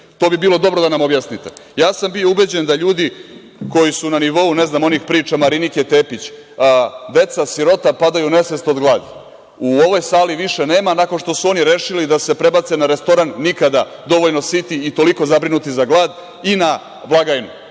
To bi bilo dobro da nam objasnite. Bio sam ubeđen da ljudi koji su na nivou onih priča Marinike Tepić, deca sirota padaju u nesvest od gladi, u ovoj sali više nema nakon što su oni rešili da se prebace na restoran „nikada dovoljno siti i zabrinuti za glad“ i na blagajnu.